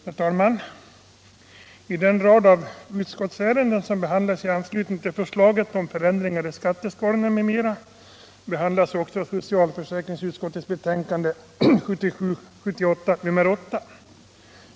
Herr talman! I den rad av utskottsärenden som behandlas i anslutning till förslaget om förändringar i skatteskalorna m.m. behandlas också socialförsäkringsutskottets betänkande 1977/78:8.